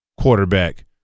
quarterback